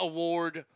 Award